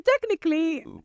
technically